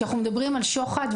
כשאנחנו מדברים על שוחד,